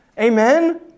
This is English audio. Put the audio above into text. Amen